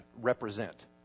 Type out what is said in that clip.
represent